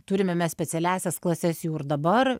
turime mes specialiąsias klases jau ir dabar